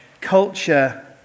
Culture